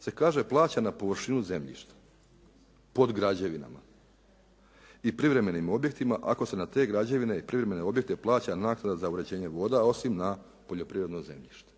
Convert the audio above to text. se kaže plaća na površinu zemljišta pod građevinama i privremenim objektima ako se na te građevine i privremene objekte plaća naknada za uređenje voda osim na poljoprivredno zemljište.